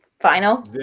Final